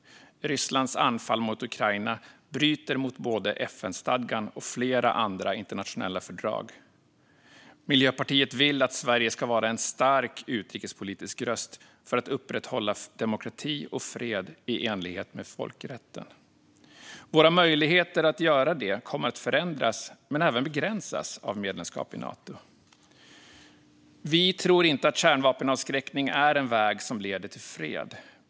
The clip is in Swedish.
Rysslands anfall mot Ukraina bryter mot både FN-stadgan och flera andra internationella fördrag. Miljöpartiet vill att Sverige ska vara en stark utrikespolitisk röst för att upprätthålla demokrati och fred i enlighet med folkrätten. Våra möjligheter att göra det kommer att förändras men även begränsas av medlemskap i Nato. Vi tror inte att kärnvapenavskräckning är en väg som leder till fred.